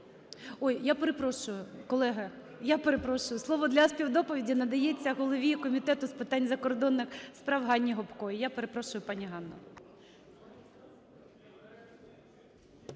Ой, я перепрошую. Колеги, я перепрошую. Слово для співдоповіді надається голові Комітету з питань закордонних справ Ганні Гопко. Я перепрошую, пані Ганна.